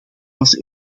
was